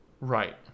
Right